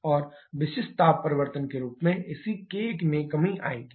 और विशिष्ट ताप परिवर्तन के रूप में इसी k में कमी आएगी